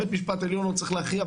בית המשפט העליון עוד צריך להכריע,